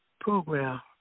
program